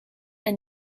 and